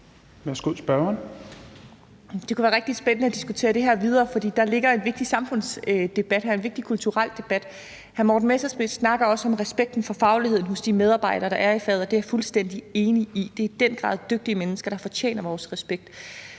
Abildgaard (KF): Det kunne være rigtig spændende at diskutere det her videre, for der ligger en vigtig samfundsdebat her, en vigtig kulturel debat. Hr. Morten Messerschmidt snakker også om respekten for fagligheden hos de medarbejdere, der er i faget, og det er jeg fuldstændig enig i. Det er i den grad dygtige mennesker, der fortjener vores respekt.